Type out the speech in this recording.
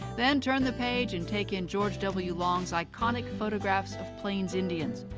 then turn the page and take in george w long's iconic photographs of plains indians.